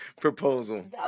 proposal